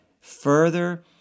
further